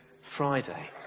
friday